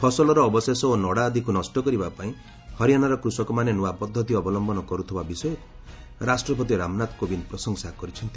ଫସଲର ଅବଶେଷ ଓ ନଡ଼ା ଆଦିକୁ ନଷ୍ଟ କରିବା ପାଇଁ ହରିଆଣାର କୃଷକମାନେ ନୂଆ ପଦ୍ଧତି ଅବଲମ୍ଭନ କରୁଥିବା ବିଷୟକୁ ରାଷ୍ଟ୍ରପତି ରାମନାଥ କୋବିନ୍ଦ ପ୍ରଶଂସା କରିଛନ୍ତି